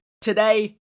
today